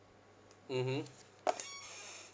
mmhmm